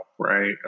Right